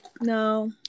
no